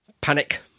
Panic